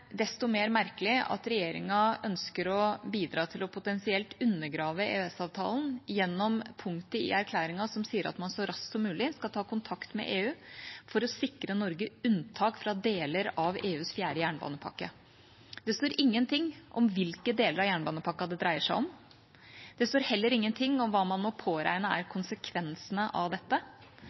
desto mer merkelig at regjeringa ønsker å bidra til potensielt å undergrave EØS-avtalen gjennom punktet i erklæringen som sier at man «så raskt som mulig» skal ta kontakt med EU for å sikre Norge unntak fra deler av EUs fjerde jernbanepakke. Det står ingenting om hvilke deler av jernbanepakka det dreier seg om. Det står heller ingenting om hva man må påregne er konsekvensene av dette,